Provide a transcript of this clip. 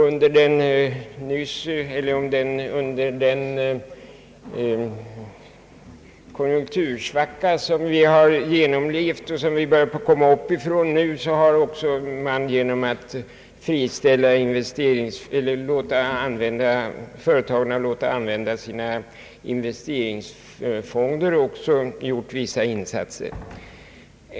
Under den konjunktursvacka som vi har genomlevt men nu börjar komma upp ur har man genom att låta företagen använda sina investeringsfonder också gjort vissa insatser.